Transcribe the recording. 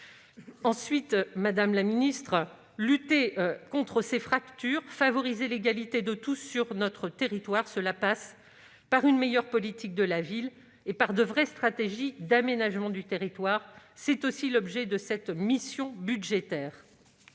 Au-delà, la lutte contre les fractures et pour l'égalité de tous sur notre territoire passe par une meilleure politique de la ville et par de réelles stratégies d'aménagement du territoire. C'est aussi l'objet de cette mission budgétaire.